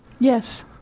Yes